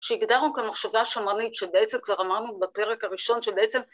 שהגדרנו כאן מחשבה שמרנית שבעצם כבר אמרנו בפרק הראשון שבעצם